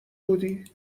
بودی